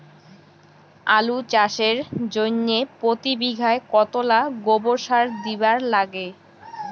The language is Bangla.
আলু চাষের জইন্যে প্রতি বিঘায় কতোলা গোবর সার দিবার লাগে?